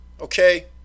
Okay